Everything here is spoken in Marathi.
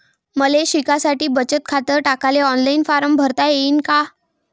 मले शिकासाठी बचत खात काढाले ऑनलाईन फारम भरता येईन का?